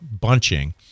bunching